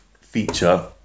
feature